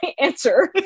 answer